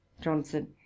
Johnson